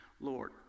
Lord